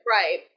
Right